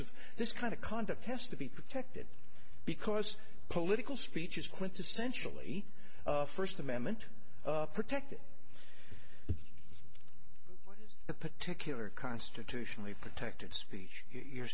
of this kind of conduct has to be protected because political speech is quintessentially first amendment protected a particular constitutionally protected speech you're